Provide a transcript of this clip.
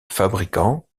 fabricant